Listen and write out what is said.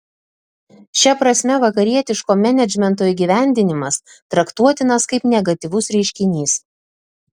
šia prasme vakarietiško menedžmento įgyvendinimas traktuotinas kaip negatyvus reiškinys